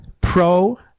pro